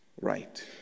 right